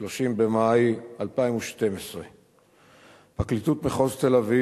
30 במאי 2012. פרקליטות מחוז תל-אביב,